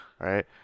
right